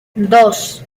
dos